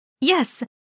Yes